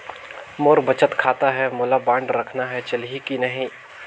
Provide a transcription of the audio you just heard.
मोर बचत खाता है मोला बांड रखना है चलही की नहीं?